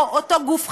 או אותו גוף חינוך.